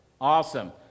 Awesome